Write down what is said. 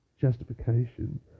justification